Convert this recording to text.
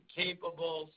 capable